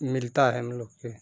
मिलता है हम लोग के